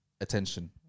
attention